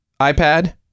iPad